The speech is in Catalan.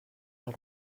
del